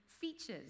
features